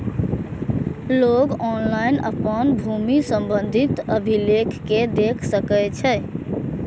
लोक ऑनलाइन अपन भूमि संबंधी अभिलेख कें देख सकै छै